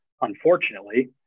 unfortunately